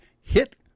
hit